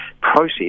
process